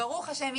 ברוך השם,